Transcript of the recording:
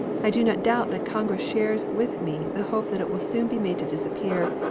i do not doubt that congress shares with me the hope that it will soon be made to disappear,